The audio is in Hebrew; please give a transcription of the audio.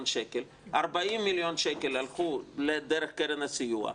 שקל 40 מיליון שקל הלכו דרך קרן הסיוע,